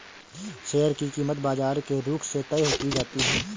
share की कीमत बाजार के रुख से तय की जाती है